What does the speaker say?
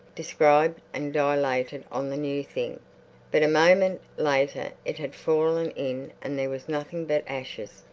described and dilated on the new thing but a moment later it had fallen in and there was nothing but ashes,